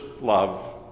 love